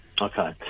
okay